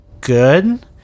good